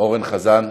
אורן חזן,